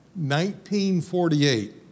1948